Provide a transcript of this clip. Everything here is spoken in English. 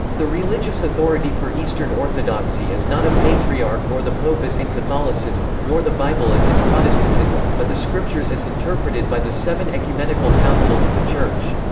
the religious authority for eastern orthodoxy is not a patriarch or the pope as in catholicism, nor the bible as in protestantism, but the scriptures as interpreted by the seven ecumenical councils of the church.